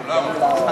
למה?